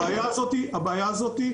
הבעיה הזאת,